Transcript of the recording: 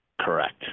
Correct